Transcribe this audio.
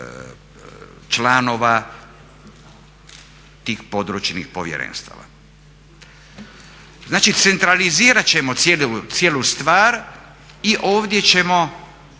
članova tih područnih povjerenstava. Znači, centralizirat ćemo cijelu stvar i ovdje ćemo